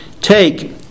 Take